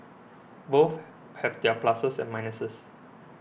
both have their pluses and minuses